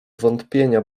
wątpienia